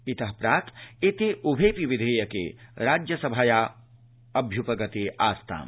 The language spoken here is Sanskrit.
इतः प्राक् एते उभेऽपि विधेयके राज्यसभया अभ्यूपगते आस्ताम्